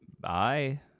Bye